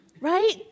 right